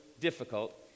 difficult